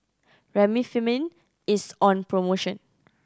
Remifemin is on promotion